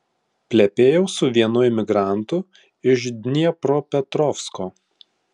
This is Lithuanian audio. plepėjau su vienu imigrantu iš dniepropetrovsko